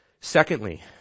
Secondly